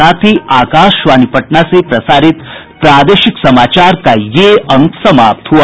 इसके साथ ही आकाशवाणी पटना से प्रसारित प्रादेशिक समाचार का ये अंक समाप्त हुआ